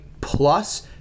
plus